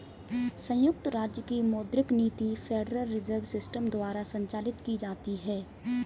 संयुक्त राज्य की मौद्रिक नीति फेडरल रिजर्व सिस्टम द्वारा संचालित की जाती है